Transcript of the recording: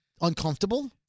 uncomfortable